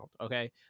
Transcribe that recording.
okay